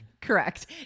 correct